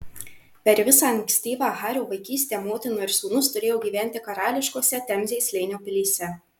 per visą ankstyvą hario vaikystę motina ir sūnus turėjo gyventi karališkose temzės slėnio pilyse